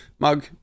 mug